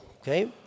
Okay